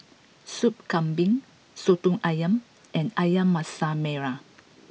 soup Kambing Soto Ayam and Ayam Masak Merah